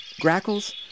grackles